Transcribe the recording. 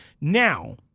now